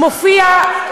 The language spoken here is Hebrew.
מופיע,